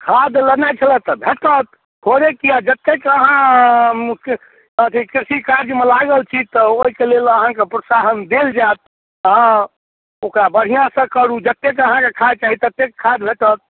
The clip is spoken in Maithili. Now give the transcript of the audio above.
खाद लेनाय छलै तऽ भेटत थोड़े किए जतेक अहाँके अथी कृषि काजमे लागल छी तऽ ओइके लेल अहाँके प्रोत्साहन देल जायत हाँ ओकरा बढ़िआँसँ करू जते अहाँके खाद चाही ततेक खाद भेटत